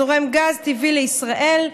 זורם גז טבעי לישראל,